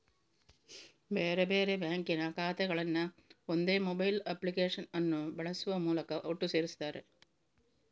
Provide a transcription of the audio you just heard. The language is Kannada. ಬೇರೆ ಬೇರೆ ಬ್ಯಾಂಕಿನ ಖಾತೆಗಳನ್ನ ಒಂದೇ ಮೊಬೈಲ್ ಅಪ್ಲಿಕೇಶನ್ ಅನ್ನು ಬಳಸುವ ಮೂಲಕ ಒಟ್ಟು ಸೇರಿಸ್ತಾರೆ